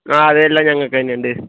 ആ അതെല്ലാം ഞങ്ങൾക്ക് തന്നെയുണ്ട്